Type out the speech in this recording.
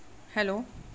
hello